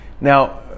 Now